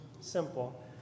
Simple